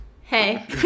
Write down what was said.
Hey